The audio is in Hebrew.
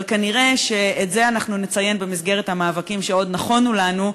אבל כנראה את זה אנחנו נציין במסגרת המאבקים שעוד נכונו לנו.